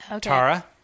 Tara